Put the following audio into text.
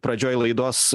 pradžioj laidos